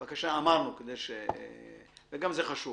בבקשה, אמרנו, וגם זה חשוב.